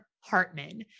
Hartman